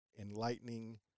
enlightening